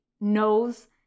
knows